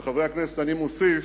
מוסיף,